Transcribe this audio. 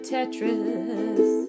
Tetris